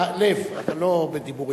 אפשר להצטרף בלב אבל לא בדיבורים,